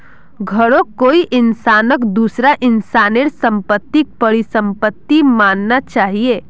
घरौंक कोई इंसानक दूसरा इंसानेर सम्पत्तिक परिसम्पत्ति मानना चाहिये